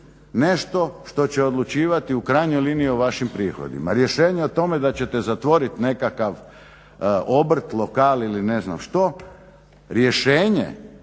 nešto što će odlučivati u krajnjoj liniji o vašim prihodima. Rješenja o tome da ćete zatvoriti nekakav obrt, lokal ili ne znam što, rješenje